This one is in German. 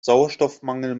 sauerstoffmangel